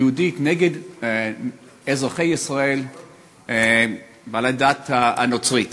יהודית נגד אזרחי ישראל בעלי הדת הנוצרית,